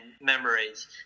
memories